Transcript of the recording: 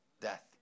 death